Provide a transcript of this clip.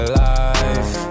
life